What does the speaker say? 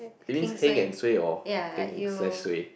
you mean heng and suay or heng is less suay